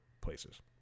places